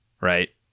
right